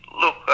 Look